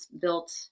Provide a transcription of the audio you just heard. built